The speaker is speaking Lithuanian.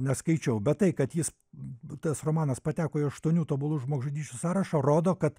neskaičiau bet tai kad jis tas romanas pateko į aštuonių tobulų žmogžudysčių sąrašą rodo kad